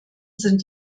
sind